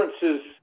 differences